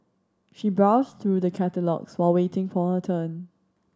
she browsed through the catalogues while waiting for her turn